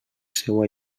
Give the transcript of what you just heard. seua